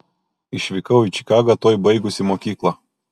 išvykau į čikagą tuoj baigusi mokyklą